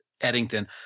Eddington